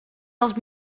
els